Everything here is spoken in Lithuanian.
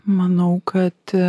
manau kad